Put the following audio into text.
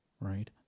right